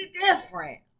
different